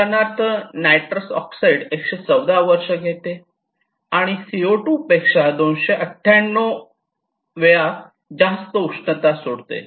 उदाहरणार्थ nitrous oxide 114 वर्षे घेते आणि सीओ 2 पेक्षा 298 वेळा जास्त उष्णता सोडते